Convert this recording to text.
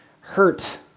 hurt